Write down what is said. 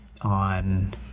on